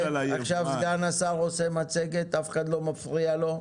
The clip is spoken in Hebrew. עכשיו סגן השר נותן מצגת ואף אחד לא מפריע לו,